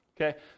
Okay